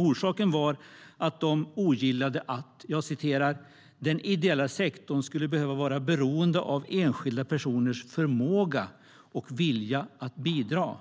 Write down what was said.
Orsaken var att de ogillade att den ideella sektorn skulle behöva vara beroende av enskilda personers förmåga och vilja att bidra.